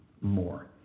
more